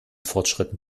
fortschritten